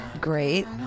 great